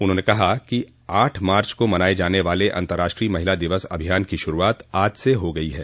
उन्होंने कहा कि आठ मार्च को मनाये जाने वाले अंतर्राष्ट्रीय महिला दिवस अभियान की शुरुआत आज से हो गई है